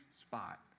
spot